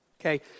Okay